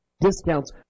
discounts